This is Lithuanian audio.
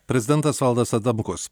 prezidentas valdas adamkus